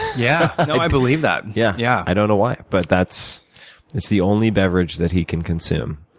yeah no, i believe that. yeah. yeah i don't know why, but that's that's the only beverage that he can consume.